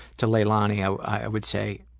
to leilanni i would say,